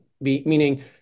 meaning